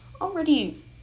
already